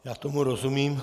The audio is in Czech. Já tomu rozumím.